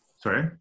sorry